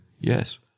Yes